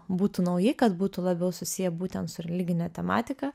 būtų nauji kad būtų labiau susiję būtent su religine tematika